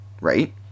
right